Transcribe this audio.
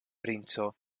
princo